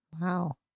Wow